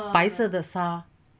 白色的沙